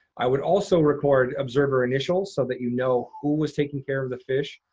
i would also record observer initials so that you know who was taking care of the fish.